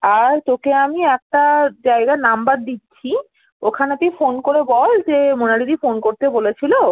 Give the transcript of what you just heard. আর তোকে আমি একটা জায়গার নম্বর দিচ্ছি ওখানে তুই ফোন করে বল যে মোনালিদি ফোন করতে বলেছিল